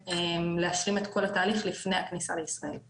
להשלים את כל התהליך לפני הכניסה לישראל.